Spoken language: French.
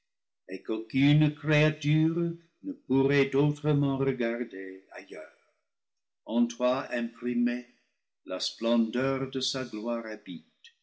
qu'aucune créature ne pourrait autrement regarder ailleurs en toi imprimée la splendeur de sa gloire habite